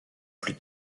plus